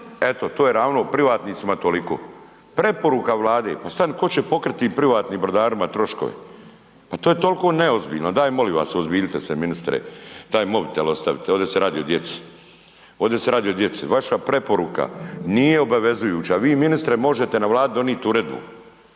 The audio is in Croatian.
eto to je ravno, o privatnicima toliko. Preporuka Vlade, pa stani tko će pokriti privatnim brodarima troškove? Pa to je tolko neozbiljno, daj molim vas uozbiljite se ministre, taj mobitel ostavite, ovdje se radi o djeci, ovdje se radi o djeci. Vaša preporuka nije obavezujuća, vi ministre možete na Vladi donit uredbu,